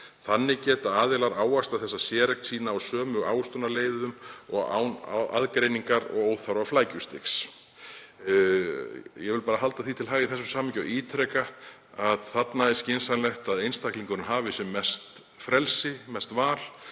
Þannig geta aðilar ávaxtað þessa séreign sína á sömu ávöxtunarleiðum og án aðgreiningar og óþarfa flækjustigs.“ Ég vil bara halda því til haga í þessu samhengi og ítreka að þarna er skynsamlegt að einstaklingurinn hafi sem mest frelsi, mest val